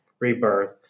rebirth